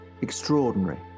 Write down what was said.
extraordinary